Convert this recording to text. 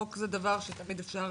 חוק זה דבר שתמיד אפשר